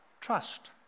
trust